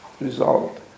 result